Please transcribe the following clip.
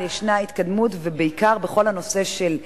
אבל יש התקדמות, ובעיקר בכל הנושא של ילדים,